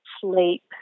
sleep